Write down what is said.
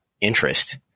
interest